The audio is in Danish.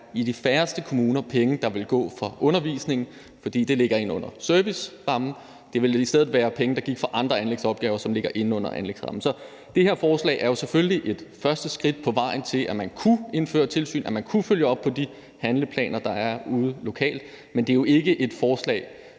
i de færreste kommuner være penge, der vil gå fra undervisning, for det ligger inde under servicerammen. Det ville i stedet være penge, der gik fra andre anlægsopgaver, som ligger under anlægsrammen. Så det her forslag er jo selvfølgelig et første skridt på vejen til, at man kunne indføre tilsyn, og at man kunne følge op på de handleplaner, der er ude lokalt. Men det er jo ikke et forslag,